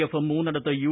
എഫും മൂന്നിടത്ത് യു